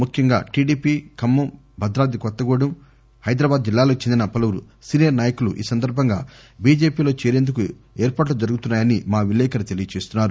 ముఖ్యంగా టిడిపి ఖమ్మం భద్రాద్రి కొత్తగూడెం హైదరాబాద్ జిల్లాలకు చెందిన పలువురు సీనియర్ నాయకులు ఈ సందర్బంగా బిజెపి లో చేరేందుకు ఏర్పాట్లు జరుగుతున్నా యని మా విలేకరి తెలియజేశారు